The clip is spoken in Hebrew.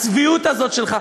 הצביעות הזאת שלך,